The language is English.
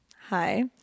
hi